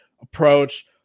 approach